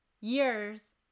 years